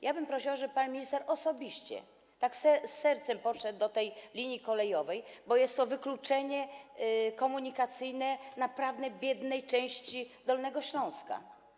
Ja bym prosiła, żeby pan minister osobiście, tak z sercem podszedł do tej linii kolejowej, bo jest to wykluczenie komunikacyjne naprawdę biednej części Dolnego Śląska.